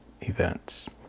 events